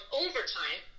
overtime